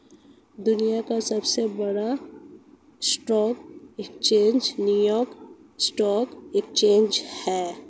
दुनिया का सबसे बड़ा stock exchange New York stock exchange है